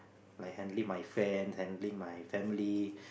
I handling my friends I handling my family